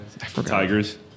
Tigers